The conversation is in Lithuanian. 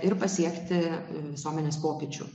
ir pasiekti visuomenės pokyčių